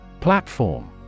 Platform